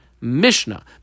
Mishnah